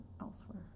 elsewhere